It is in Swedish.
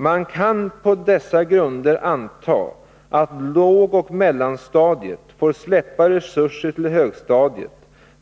Man kan på dessa grunder anta att lågoch mellanstadiet får släppa resurser till högstadiet